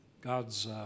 God's